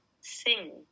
sing